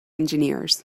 engineers